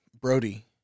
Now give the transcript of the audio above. Brody